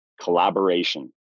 Collaboration